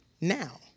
now